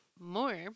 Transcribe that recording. more